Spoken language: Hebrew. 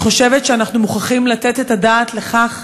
אני חושבת שאנחנו מוכרחים לתת את הדעת לכך